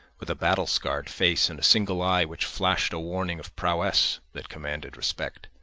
with a battle-scarred face and a single eye which flashed a warning of prowess that commanded respect.